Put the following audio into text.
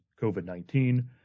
COVID-19